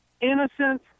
innocent